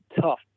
tough